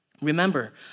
Remember